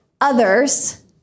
others